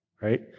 Right